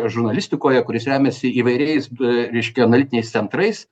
žurnalistikoje kuris remiasi įvairiais reiškia analitiniais centrais